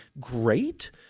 great